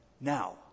Now